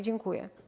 Dziękuję.